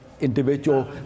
individual